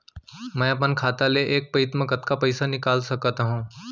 मैं अपन खाता ले एक पइत मा कतका पइसा निकाल सकत हव?